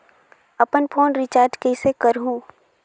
अपन phone recharge कइसे करहु?